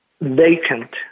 vacant